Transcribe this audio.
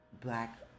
black